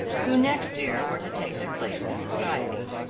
who next year were to take their place in society.